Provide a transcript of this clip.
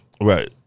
Right